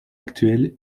actuel